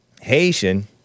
Haitian